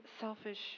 selfish